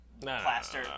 plaster